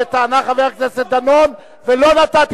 חבר הכנסת ברכה, אני קורא אותך לסדר פעם שנייה.